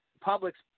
publics